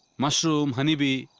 mushroom, honey bee